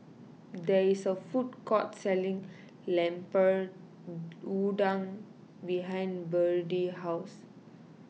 there is a food court selling Lemper Udang behind Byrdie's house